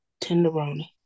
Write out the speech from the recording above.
tenderoni